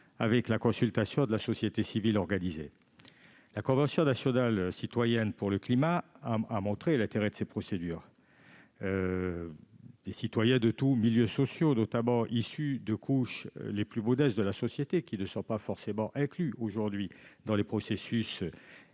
la consultation de la société civile organisée. La Convention citoyenne pour le climat a montré l'intérêt de ces procédures. Des citoyens de tous milieux sociaux, et notamment issus des couches les plus modestes de la société, qui ne sont pas forcément inclus aujourd'hui dans les processus